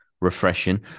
refreshing